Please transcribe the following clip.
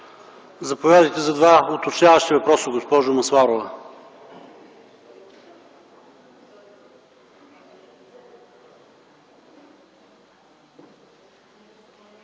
Заповядайте за два уточняващи въпроса, госпожо Масларова.